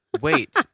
Wait